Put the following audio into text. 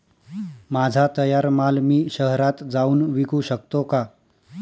माझा तयार माल मी शहरात जाऊन विकू शकतो का?